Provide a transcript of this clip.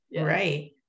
Right